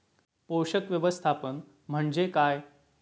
पोषक व्यवस्थापन म्हणजे काय?